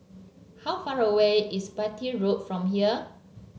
how far away is Bartley Road from here